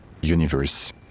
Universe